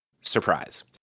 Surprise